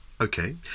Okay